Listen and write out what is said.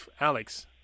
Alex